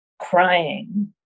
crying